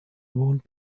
won’t